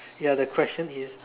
ya the question is